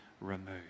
removed